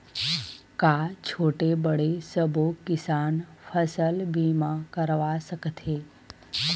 का छोटे बड़े सबो किसान फसल बीमा करवा सकथे?